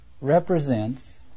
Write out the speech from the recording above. represents